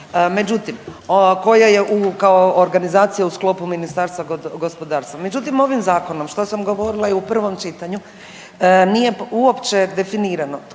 međutim koja je u, kao organizacija u sklopu Ministarstva gospodarstva. Međutim, ovim zakonom, šta sam govorila i u prvom čitanju nije uopće definirano